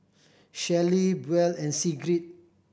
Shelley Buel and Sigrid